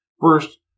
First